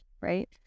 right